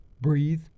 breathe